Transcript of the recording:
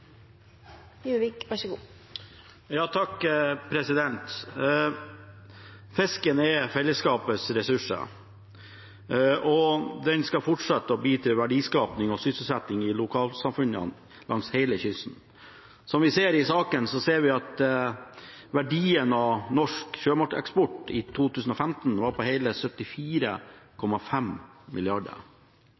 fellesskapets ressurs, og den skal fortsette å bidra til verdiskaping og sysselsetting i lokalsamfunnene langs hele kysten. Vi ser i saken at verdien av norsk sjømateksport i 2015 var på hele 74,5